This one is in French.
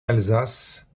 alsace